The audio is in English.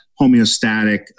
homeostatic